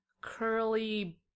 curly-